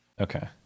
okay